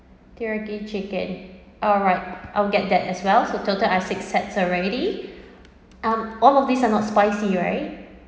teriyaki chicken alright I'll get that as well so total I've six sets already um all of these are not spicy right